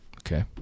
Okay